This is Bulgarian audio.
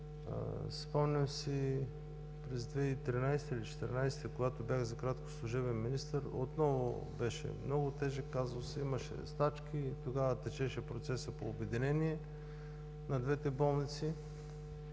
Спомням си през 2013 г. или 2014 г., когато бях за кратко служебен министър, отново беше много тежък казус, имаше стачки, тогава течеше процесът по обединение на двете болници.